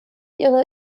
ihre